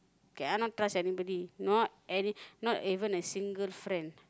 cannot trust anybody not any not even a single friend